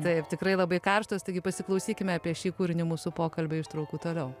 taip tikrai labai karštos taigi pasiklausykime apie šį kūrinį mūsų pokalbio ištraukų toliau